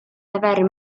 aver